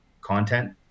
content